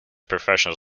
professional